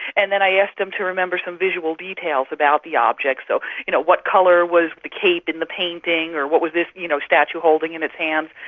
and then i asked them to remember some visual details about the objects. so you know what colour was the cape in the painting or what was this you know statue holding in its hand,